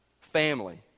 family